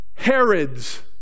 Herods